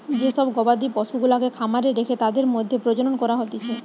যে সব গবাদি পশুগুলাকে খামারে রেখে তাদের মধ্যে প্রজনন করা হতিছে